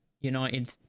United